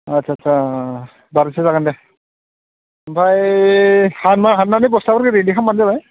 आच्चा आच्चा बार'सो जागोन दे ओमफ्राय हाननानै बस्थाया नों रेदि खालामबानो जाबाय